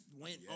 went